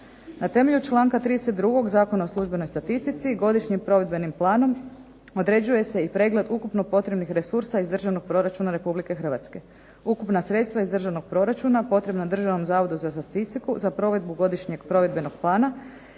Na temelju članka 32. Zakona o službenoj statistici godišnjim provedbenim planom određuje se i pregled ukupno potrebnih resursa iz državnog proračuna Republike Hrvatske. Ukupna sredstva iz državnog proračuna potrebna Državnom zavodu za statistiku za provedbu godišnjeg provedbenog plana